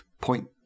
point